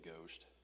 ghost